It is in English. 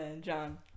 John